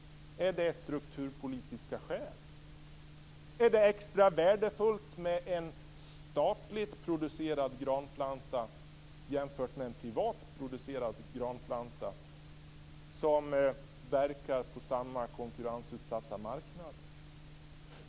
Är det strukturpolitiska skäl? Är det extra värdefullt med en statligt producerad granplanta jämfört med en privat producerad granplanta från ett företag som verkar på samma konkurrensutsatta marknad?